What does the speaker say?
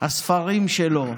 הספרים שלו,